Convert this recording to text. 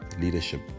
leadership